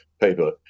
paper